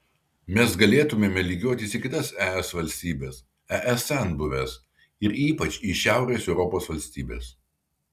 mes galėtumėme lygiuotis į kitas es valstybes es senbuves ir ypač į šiaurės europos valstybes